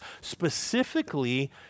specifically